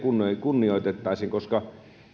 kunnioitettaisiin koska